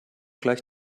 gleich